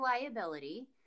liability